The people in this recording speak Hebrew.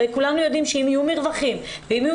הרי כולנו יודעים שאם יהיו מרווחים ואם יהיו